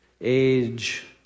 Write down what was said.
age